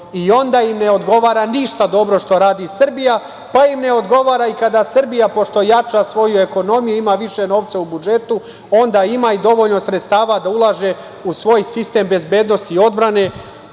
Onda im ne odgovara ništa dobro što radi Srbija, pa im ne odgovara i kada Srbija, pošto jača svoju ekonomiju, ima više novca u budžetu, onda ima i dovoljno sredstava da ulaže u svoj sistem bezbednosti i odbrane